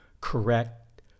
correct